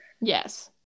Yes